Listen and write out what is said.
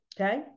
okay